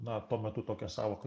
na tuo metu tokia sąvoka